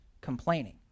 complaining